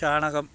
ചാണകം